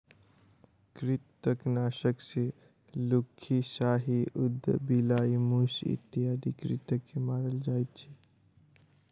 कृंतकनाशक सॅ लुक्खी, साही, उदबिलाइ, मूस इत्यादि कृंतक के मारल जाइत छै